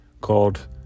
called